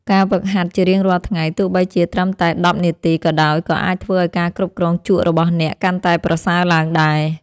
ការហ្វឹកហាត់ជារៀងរាល់ថ្ងៃទោះបីជាត្រឹមតែដប់នាទីក៏ដោយក៏អាចធ្វើឱ្យការគ្រប់គ្រងជក់របស់អ្នកកាន់តែប្រសើរឡើងដែរ។